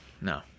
No